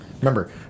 Remember